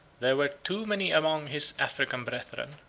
there were too many among his african brethren,